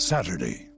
Saturday